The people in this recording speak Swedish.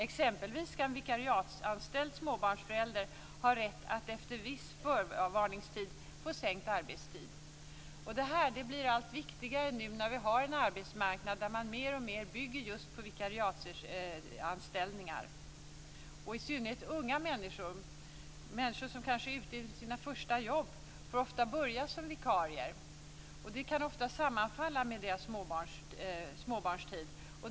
Exempelvis skall en vikariatsanställd småbarnsförälder ha rätt att efter viss förvarningstid få sänkt arbetstid. Detta blir allt viktigare när vi nu har en arbetsmarknad som alltmer bygger på vikariatsanställningar. I synnerhet unga människor som kanske är ute på sina första jobb får ofta börja som vikarier. Det kan ofta sammanfalla med deras småbarnstid.